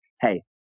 hey